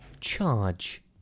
charge